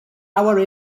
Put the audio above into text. our